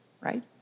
right